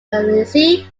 alesi